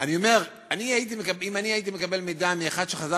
אני אומר: אם אני הייתי מקבל מידע מאחד שחזר